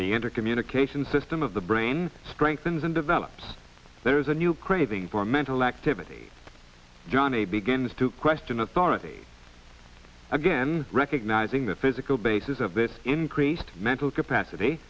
the intercommunication system of the brain strengthens and develops there is a new craving for mental activity johnny begins to question authority again recognizing the physical basis of this increased mental capacity